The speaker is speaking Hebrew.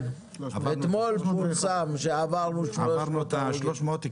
כן, אתמול פורסם שעברנו את ה-300 הרוגים.